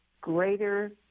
greater